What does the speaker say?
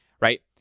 right